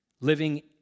living